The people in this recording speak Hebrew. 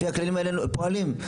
לפי הכללים האלה פועלים.